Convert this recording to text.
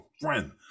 friend